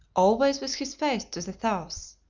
always with his face to the south.